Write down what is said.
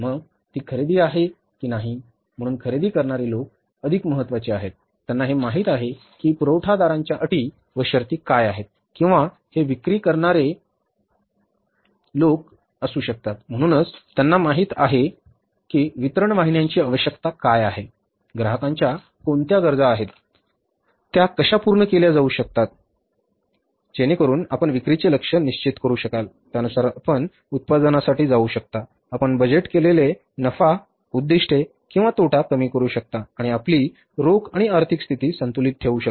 मग ती खरेदी आहे की नाही म्हणून खरेदी करणारे लोक अधिक महत्वाचे आहेत त्यांना हे माहित आहे की पुरवठादारांच्या अटी व शर्ती काय आहेत किंवा हे विक्री करणारे लोक असू शकतात म्हणूनच त्यांना माहित आहे की वितरण वाहिन्यांची आवश्यकता काय आहे ग्राहकांच्या कोणत्या गरजा आहेत होत्या कशा पूर्ण केल्या जाऊ शकतात जेणेकरुन आपण विक्रीचे लक्ष्य निश्चित करू शकाल त्यानुसार आपण उत्पादनासाठी जाऊ शकता आपण बजेट केलेले नफा उद्दीष्टे किंवा तोटा कमी करू शकता आणि आपली रोख आणि आर्थिक स्थिती संतुलित ठेवू शकता